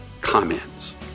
comments